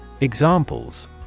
Examples